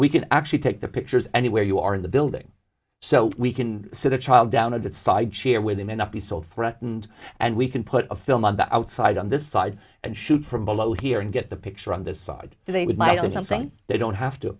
we can actually take the pictures anywhere you are in the building so we can see the child down at that site share with them and not be so threatened and we can put a film on the outside on this side and shoot from below here and get the picture on this side so they would like something they don't have to